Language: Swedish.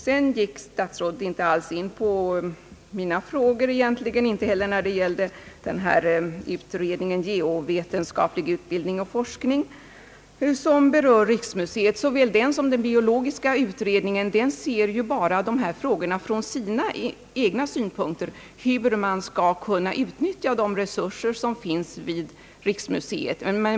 Statsrådet gick inte alls in på mina frågor, inte heller när det gällde utredningen Geovetenskaplig utbildning och forskning, som berör riksmuseet. Såväl den som den biologiska utredningen ser ju dessa frågor bara ur sina egna Synpunkter, nämligen hur man skall kunna utnyttja de resurser som finns vid riksmuseet.